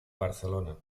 barcelona